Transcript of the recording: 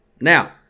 Now